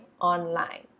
online